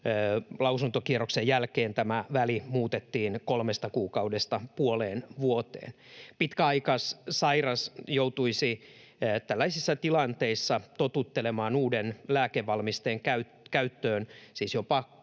lausuntokierroksen jälkeen tämä väli muutettiin kolmesta kuukaudesta puoleen vuoteen. Pitkäaikaissairas joutuisi tällaisissa tilanteissa totuttelemaan uuden lääkevalmisteen käyttöön, siis jopa